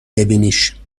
ببینیش